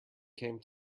came